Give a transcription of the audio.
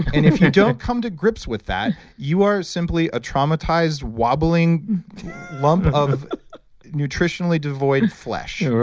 and if you don't come to grips with that you are simply a traumatized, wobbling lump of nutritionally devoid flesh.